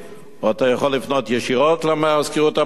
או אתה יכול לפנות ישירות למזכירות הפדגוגית,